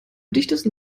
dichtesten